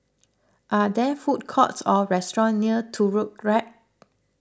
are there food courts or restaurants near Turut rack